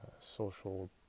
social